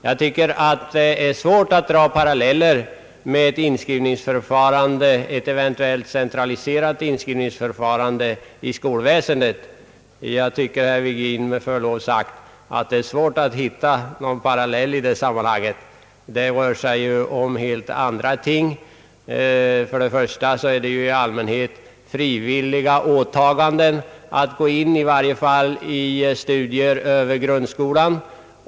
Jag tycker att det är svårt att dra paralleller med: ett eventuellt centraliserat inskrivningsförfarande i skolväsendet. Jag tycker med förlov sagt, herr Virgin, att det är svårt att dra en sådan parallell i detta sammanhang. Det rör sig om helt olika ting. Framför allt är det på skolans område fråga om frivilliga åtaganden, i varje fall när det gäller studier över grundskolan.